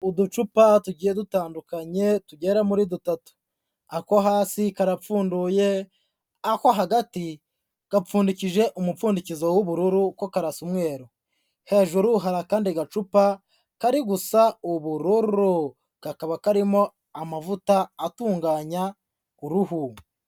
Uducupa tugiye dutandukanye tugera muri dutatu, ako hasi karapfunduye, ako hagati gapfundikije umupfundikizo w'ubururu ko karasa umweru, hejuru hari akandi gacupa kari gusa ubururu, kakaba karimo amavuta atunganya uruhu.